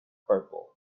purple